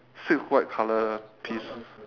six white colour piece